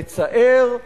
מצער,